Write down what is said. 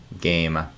game